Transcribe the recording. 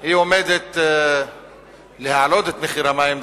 היא עומדת להעלות את מחיר המים,